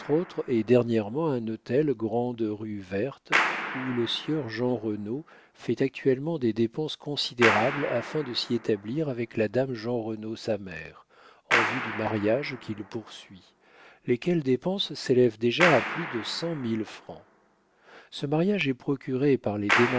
et dernièrement un hôtel grande rue verte où le sieur jeanrenaud fait actuellement des dépenses considérables afin de s'y établir avec la dame jeanrenaud sa mère en vue du mariage qu'il poursuit lesquelles dépenses s'élèvent déjà à plus de cent mille francs ce mariage est procuré par les